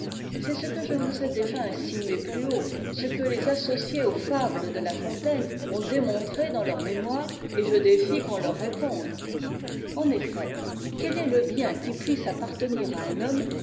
c'est ce que je vous ai déjà insinué plus haut ce que les associés aux fables de la fontaine ont démontré dans leur mémoire et je défie qu'on leur réponde en effet quel est le bien qui puisse appartenir à un homme